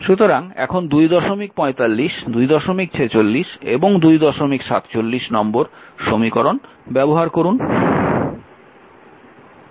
সুতরাং এখন 245 246 এবং 247 নম্বর সমীকরণ ব্যবহার করুন